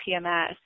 PMS